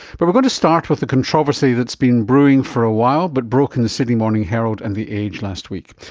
but going to start with a controversy that's been brewing for a while but broke in the sydney morning herald and the age last week.